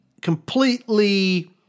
completely